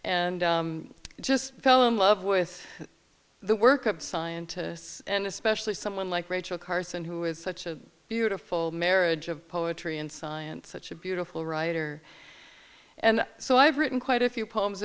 and just fell in love with the work of scientists and especially someone like rachel carson who is such a beautiful marriage of poetry and science such a beautiful writer and so i've written quite a few poems